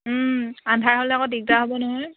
আন্ধাৰ হ'লে আকৌ দিগদাৰ হ'ব নহয়